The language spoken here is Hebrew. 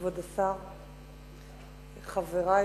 כבוד השר, חברי